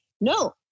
no